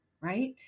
right